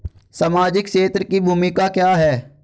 सामाजिक क्षेत्र की भूमिका क्या है?